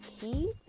key